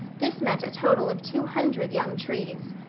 this meant a total of two hundred young trees.